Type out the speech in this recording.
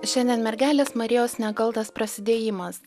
šiandien mergelės marijos nekaltas prasidėjimas